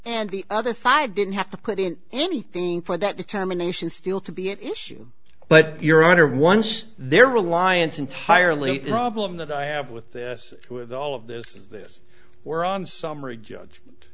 and the other side didn't have to put in anything for that determination still to be at issue but your honor once their reliance entirely problem that i have with this with all of this is this where on summary judgment